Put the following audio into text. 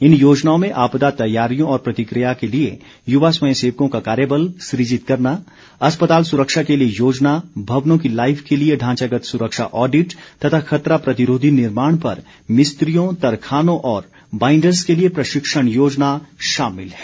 इन योजनाओं में आपदा तैयारियों और प्रतिक्रिया के लिए युवा स्वयं सेवकों का कार्यबल सृजित करना अस्पताल सुरक्षा के लिए योजना भवनों की लाइफ के लिए ढांचागत सुरक्षा ऑडिट तथा खतरा प्रतिरोधी निर्माण पर मिस्त्रियों तरखानों और बांइडर्स के लिए प्रशिक्षण योजना शामिल है